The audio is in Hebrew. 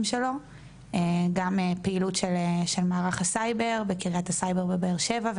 שלו גם פעילות של מערך הסייבר בקריית הסייבר בבאר שבע,